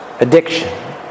addiction